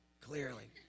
clearly